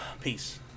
Peace